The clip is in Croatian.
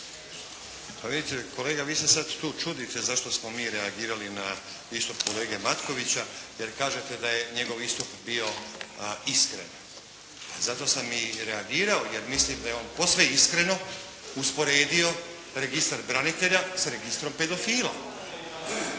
Pa vidite kolega, vi se sada tu čudite zašto smo mi reagirali na istup kolege Matkovića, jer kažete da je njegov istup bio iskren. Zato sam i reagirao jer mislim da je on posve iskreno usporedio registar branitelja sa registrom pedofila.